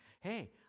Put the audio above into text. Hey